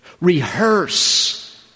Rehearse